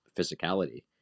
physicality